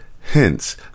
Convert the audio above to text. hence